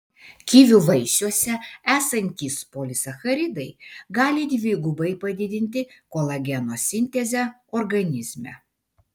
kivių vaisiuose esantys polisacharidai gali dvigubai padidinti kolageno sintezę organizme